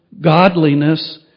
godliness